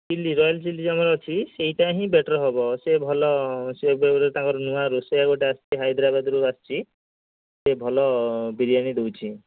chilli royal chilli ଅଛି ସେଇଟା ହିଁ ବେଟର୍ ହେବ ସେ ଭଲ ସେ ଏବେ ତାଙ୍କର ନୂଆ ରୋଷେଇଆ ଗୋଟେ ଆସିଛି ହାଇଦ୍ରାବାଦ୍ରୁ ଆସିଛି ସେ ଭଲ ବିରିୟାନି ଦେଉଛି